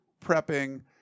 prepping